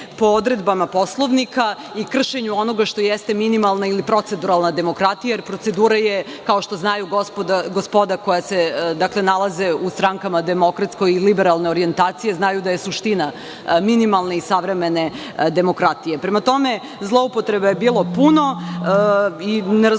po odredbama Poslovnika i kršenju onoga što jeste minimalna ili proceduralna demokratija, jer procedura je, kao što znaju gospoda koja se nalaze u strankama demokratske i liberalne orijentacije, suština minimalne i savremene demokratije. Prema tome, zloupotreba je bilo puno i ne razumem